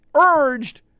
urged